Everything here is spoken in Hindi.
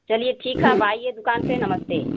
चलिए ठीक है आप आइए दुकान पर नमस्ते